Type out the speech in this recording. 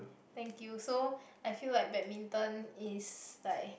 thank you so I feel like badminton is like